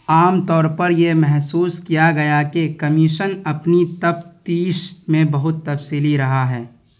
عام طور پر یہ محسوس کیا گیا کہ کمیشن اپنی تفتیش میں بہت تفصیلی رہا ہے